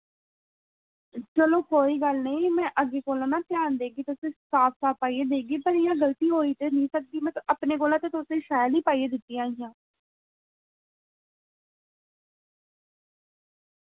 चलो कोई गल्ल नेईं मैं अग्गे कोला ना ध्यान देगी तुसें साफ साफ पाइयै देगी पर इ'य्यां गल्ती होई ते नेईं सकदी मैं ते अपने कोला ते तुसें शैल ही पाइयै दित्तियां हियां